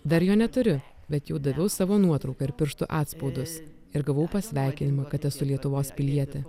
dar jo neturiu bet jau daviau savo nuotrauką ir pirštų atspaudus ir gavau pasveikinimą kad esu lietuvos pilietė